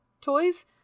toys